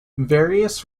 various